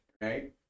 right